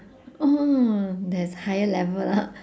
oh there's higher level lah